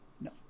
No